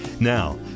Now